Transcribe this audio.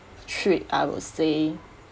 trip I would say